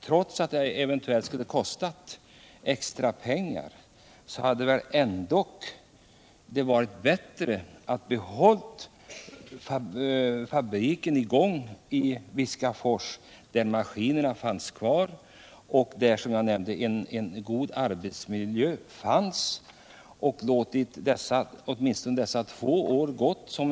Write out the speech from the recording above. Trots att det eventuellt skulle kostat extra pengar hade det väl ändå varit bättre att hålla fabriken i gång i Viskafors under en avvecklingsperiod av två år. Där fanns ju maskinerna kvar och där hade man, som jag nämnde tidigare, en god arbetsmiljö.